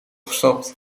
gestopt